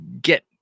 Get